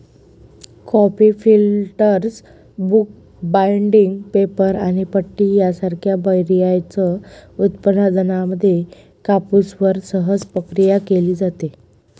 coffee filters, book binding, paper आणि पट्टी यासारख्या बर्याच उत्पादनांमध्ये कापूसवर सहज प्रक्रिया केली जाते